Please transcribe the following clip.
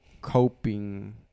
coping